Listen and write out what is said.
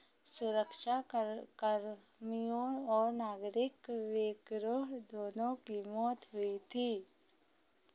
सुरक्षा कर कर्मियों और नागरिक बैंकरों दोनों की मौत हुई थी